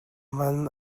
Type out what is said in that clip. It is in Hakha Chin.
man